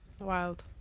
Wild